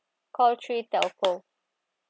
call three telco